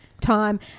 time